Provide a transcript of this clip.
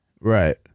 Right